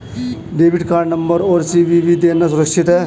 Debit card number और CVV देना सुरक्षित है?